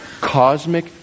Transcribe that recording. cosmic